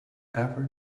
ever